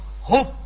hope